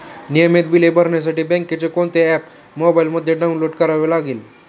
नियमित बिले भरण्यासाठी बँकेचे कोणते ऍप मोबाइलमध्ये डाऊनलोड करावे लागेल?